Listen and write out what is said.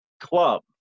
club